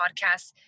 podcasts